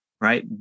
right